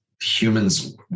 humans